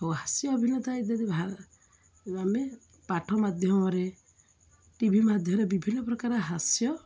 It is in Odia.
ଆଉ ହାସ୍ୟ ଅଭିନେତା ଇତ୍ୟାଦି ଭା ଆମେ ପାଠ ମାଧ୍ୟମରେ ଟିଭି ମାଧ୍ୟମରେ ବିଭିନ୍ନ ପ୍ରକାର ହାସ୍ୟ